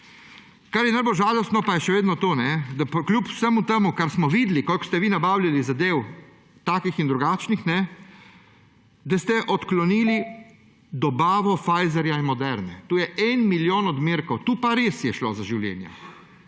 Kar je najbolj žalostno, pa je še vedno to, da ste kljub vsemu temu, kar smo videli, koliko ste vi nabavljali zadev takšnih in drugačnih, odklonili dobavo Pfizerja in Moderne. To je en milijon odmerkov. Tu pa je res šlo za življenja